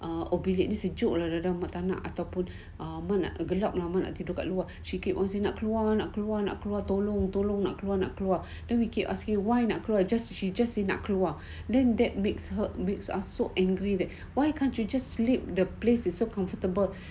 oh bilik dia sejuk lah kadang-kadang ataupun mak tak nak tidur kat luar she keep on saying nak keluar nak keluar tolong tolong nak keluar nak keluar then we keep asking why nak keluar then that makes her so angry that why can't you just sleep the place is so comfortable